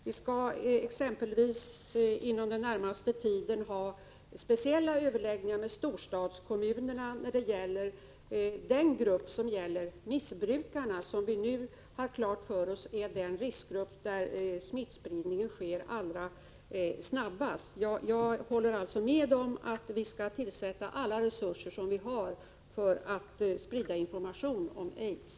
Vi skall exempelvis inom den närmaste tiden ha speciella överläggningar med storstadskommunerna när det gäller missbrukarna. Vi har ju nu klart för oss att det är i denna riskgrupp smittspridningen sker allra snabbast. Jag håller alltså med om att vi skall sätta till alla resurser som vi har för att sprida information om aids.